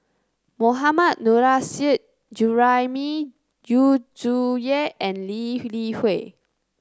Mohammad Nurrasyid Juraimi Yu Zhuye and Lee Li Hui